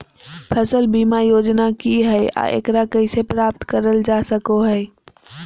फसल बीमा योजना की हय आ एकरा कैसे प्राप्त करल जा सकों हय?